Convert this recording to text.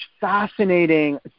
fascinating